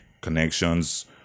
connections